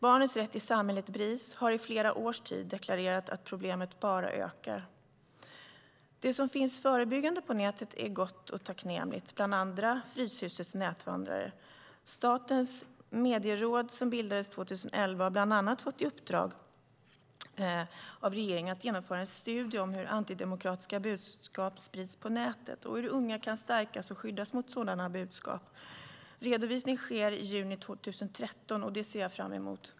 Barnens Rätt I Samhället, Bris, har i flera års tid deklarerat att problemet bara ökar. Det som finns förebyggande på nätet är gott och tacknämligt, bland annat Fryshusets nätvandrare. Statens medieråd, som bildades 2011, har bland annat fått i uppdrag av regeringen att genomföra en studie av hur antidemokratiska budskap sprids på nätet och hur unga kan stärkas och skyddas mot sådana budskap. Redovisning sker i juni 2013. Det ser jag fram emot.